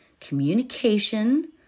communication